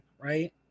right